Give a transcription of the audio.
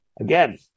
Again